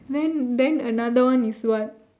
then then another one is what